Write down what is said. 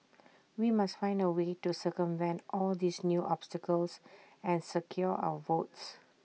we must find A way to circumvent all these new obstacles and secure our votes